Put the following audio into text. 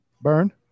burn